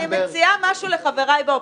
אני מציעה משהו לחברי באופוזיציה,